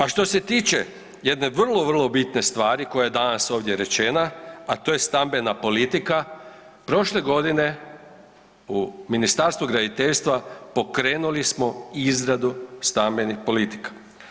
A što se tiče jedne vrlo, vrlo bitne stvari koja je danas ovdje rečena a to je stambena politika, prošle godine u Ministarstvu graditeljstva pokrenuli smo izradu stambenih politika.